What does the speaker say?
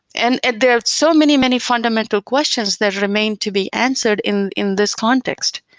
and and there are so many, many fundamental questions that remain to be answered in in this context.